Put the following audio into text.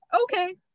okay